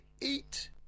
eat